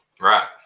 Right